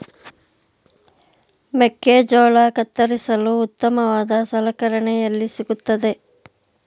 ಮೆಕ್ಕೆಜೋಳ ಕತ್ತರಿಸಲು ಉತ್ತಮವಾದ ಸಲಕರಣೆ ಎಲ್ಲಿ ಸಿಗುತ್ತದೆ?